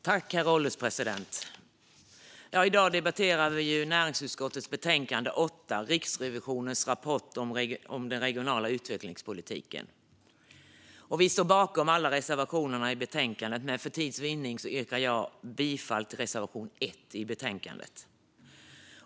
Herr ålderspresident! I dag debatterar vi näringsutskottets betänkande NU8 Riksrevisionens rapport om den regionala utvecklingspolitiken . Vi i Socialdemokraterna står bakom alla våra reservationer i betänkandet, men för tids vinning yrkar jag bifall endast till reservation 1 i betänkandet.